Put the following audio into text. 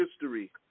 history